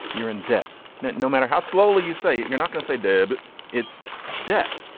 you're in debt no no matter how slowly you say you're not gonna say debt but it's debt.